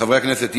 חברי הכנסת,